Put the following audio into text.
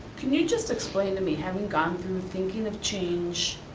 can you just explain to me having gone through thinking of change,